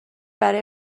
برای